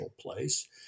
place